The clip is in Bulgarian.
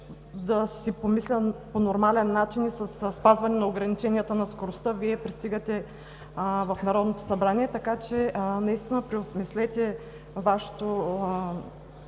да си помисля по нормален начин със спазване ограниченията на скоростта Вие да пристигнете в Народното събрание. Така че наистина преосмислете Вашето